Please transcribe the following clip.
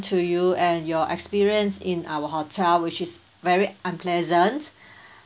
to you and your experience in our hotel which is very unpleasant